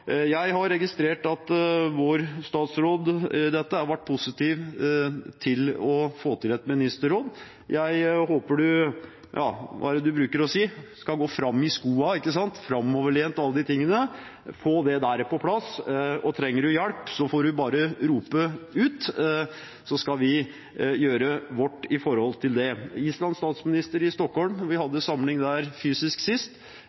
Jeg har registrert at vår statsråd i dette har vært positiv til å få til et ministerråd. Jeg håper statsråden kommer fram i skoene, er framoverlent osv. for å få dette på plass. Trenger statsråden hjelp, får han bare rope ut, og så skal vi gjøre vårt for det. Islands statsminister i Stockholm – vi hadde samling der fysisk sist